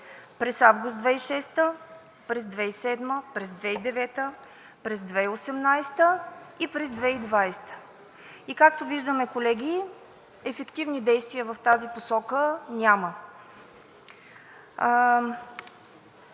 през август 2006 г., през 2007 г., през 2009 г., през 2018 г. и през 2020 г. И както виждаме, колеги, ефективни действия в тази посока няма.